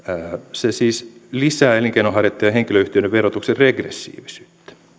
se siis lisää elinkeinonharjoittajien ja henkilöyhtiöiden verotuksen regressiivisyyttä